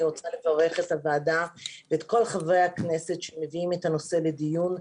אני רוצה לברך את הוועדה ואת כל חברי הכנסת שמביאים את הנושא לדיון.